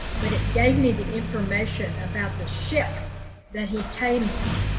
but it gave me the information about the ship that he came on.